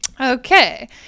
Okay